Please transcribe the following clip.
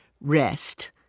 rest